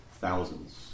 thousands